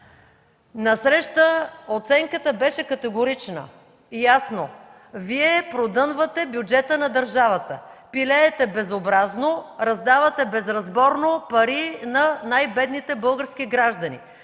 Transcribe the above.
Насреща оценката беше категорична: „Ясно! Вие продънвате бюджета на държавата! Пилеете безобразно, раздавате безразборно пари на най-бедните български граждани.